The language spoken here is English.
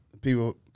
people